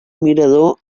mirador